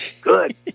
Good